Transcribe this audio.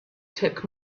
took